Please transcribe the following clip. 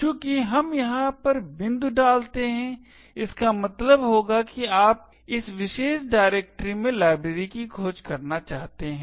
चूंकि हम यहां पर बिंदु डालते हैं इसका मतलब होगा कि आप इस विशेष डायरेक्टरी में लाइब्रेरी की खोज करना चाहते हैं